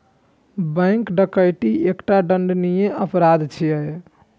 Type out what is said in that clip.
bank डकैती एकटा दंडनीय अपराध छियै